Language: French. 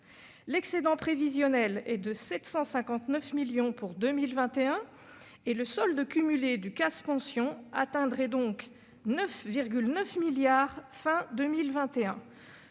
L'excédent prévisionnel est de 759 millions pour 2021. Le solde cumulé du CAS « Pensions » atteindrait donc 9,9 milliards d'euros